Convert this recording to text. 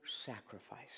sacrifice